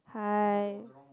hi